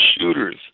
shooters